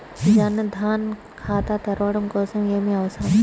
జన్ ధన్ ఖాతా తెరవడం కోసం ఏమి అవసరం?